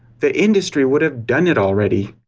the industry would have done it already.